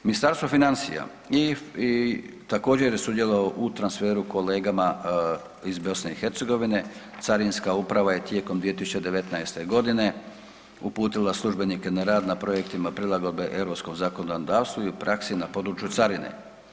Ministarstvo financija i, i također je sudjelovao u transferu kolegama iz BiH, carinska uprava je tijekom 2019.g. uputila službenike na rad na Projektima prilagodbe europskom zakonodavstvu i u praksi na području carine.